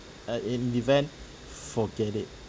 uh an event forget it